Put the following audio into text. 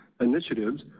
initiatives